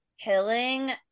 killing